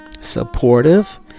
supportive